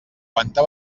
quanta